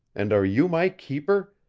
and are you my keeper,